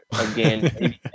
again